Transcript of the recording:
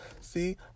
See